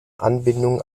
anbindung